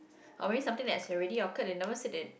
or maybe something that has already occurred they never said that